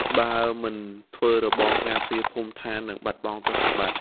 បើមិនធ្វើរបងការពារភូមិស្ថាននឹងបាត់បង់ទ្រព្យសម្បត្តិ។